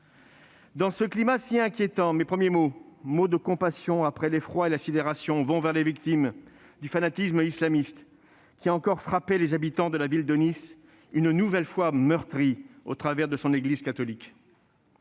Dans ce climat si inquiétant, mes premiers mots de compassion, après l'effroi et la sidération, vont vers les victimes du fanatisme islamiste, qui a encore frappé les habitants de la ville de Nice, une nouvelle fois meurtrie au travers de son église catholique.